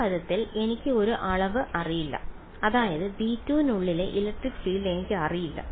ഈ പദത്തിൽ എനിക്ക് ഒരു അളവ് അറിയില്ല അതായത് V2 നുള്ളിലെ ഇലക്ട്രിക് ഫീൽഡ് എനിക്കറിയില്ല